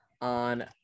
On